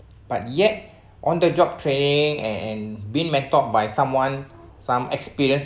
but yet on the job training and and being mentored by someone some experience